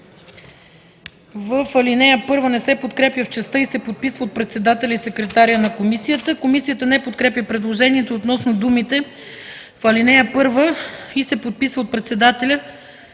в ал. 1 не се подкрепя в частта „и се подписва от председателя и секретаря на комисията”. Комисията не подкрепя предложението относно думите в ал. 1 „и се подписва от председателя